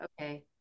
okay